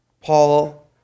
Paul